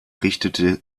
richtete